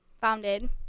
founded